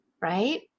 right